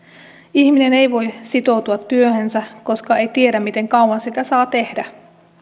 ihminen ei voi sitoutua työhönsä koska ei tiedä miten kauan sitä saa tehdä